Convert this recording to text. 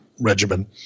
regimen